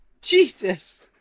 Jesus